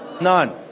None